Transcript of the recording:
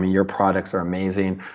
your products are amazing,